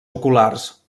oculars